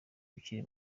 ukiri